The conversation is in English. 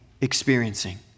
experiencing